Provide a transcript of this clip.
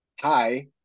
hi